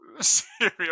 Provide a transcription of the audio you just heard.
serial